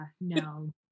no